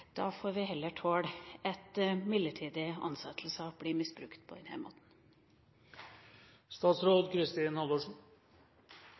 vi heller får tåle at midlertidige ansettelser blir misbrukt på denne måten?